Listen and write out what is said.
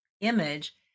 image